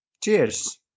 cheers